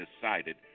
decided